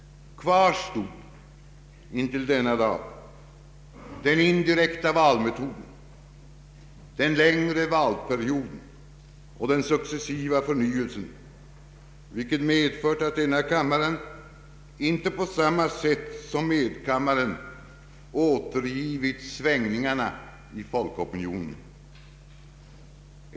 Kvar stod endast intill denna dag den indirekta valmetoden, den längre valperioden och den successiva förnyelsen, vilken medfört att denna kammare icke på samma sätt som medkammaren återgivit svängningarna i folkopinionen.